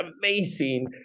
amazing